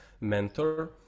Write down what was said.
mentor